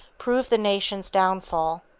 proved the nation's downfall.